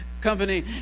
company